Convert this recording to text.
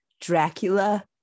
Dracula